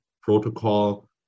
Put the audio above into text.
protocol